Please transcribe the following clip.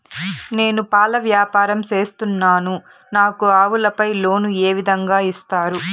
నేను పాల వ్యాపారం సేస్తున్నాను, నాకు ఆవులపై లోను ఏ విధంగా ఇస్తారు